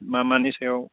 मा मानि सायाव